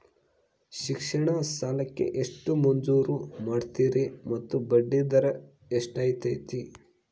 ಶಿಕ್ಷಣ ಸಾಲಕ್ಕೆ ಎಷ್ಟು ಮಂಜೂರು ಮಾಡ್ತೇರಿ ಮತ್ತು ಬಡ್ಡಿದರ ಎಷ್ಟಿರ್ತೈತೆ?